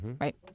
right